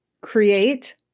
create